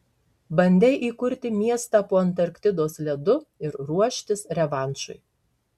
bandei įkurti miestą po antarktidos ledu ir ruoštis revanšui